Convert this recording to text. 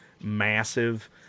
massive